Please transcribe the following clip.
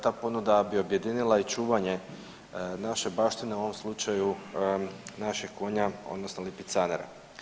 Ta ponuda bi objedinila i čuvanje naše baštine u ovom slučaju našeg konja odnosno lipicanera.